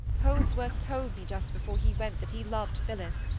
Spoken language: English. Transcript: holdsworth told me just before he went that he loved phillis,